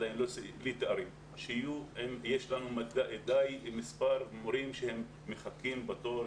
יש לנו מורים שמחכים בתור,